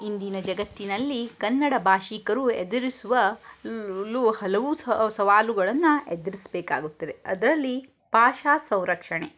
ಇಂದಿನ ಜಗತ್ತಿನಲ್ಲಿ ಕನ್ನಡ ಭಾಷಿಗರು ಎದುರಿಸುವ ಲು ಹಲವು ಸವಾಲುಗಳನ್ನ ಎದ್ರಸ್ಬೇಕಾಗುತ್ತದೆ ಅದ್ರಲ್ಲಿ ಭಾಷಾ ಸಂರಕ್ಷಣೆ